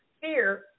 fear